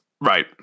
Right